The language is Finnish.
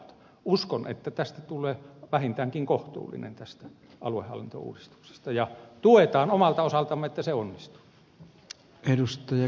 uskon että tästä aluehallintouudistuksesta tulee vähintäänkin kohtuullinen ja tuetaan omalta osaltamme että se onnistuu